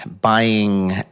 buying